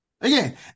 again